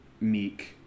meek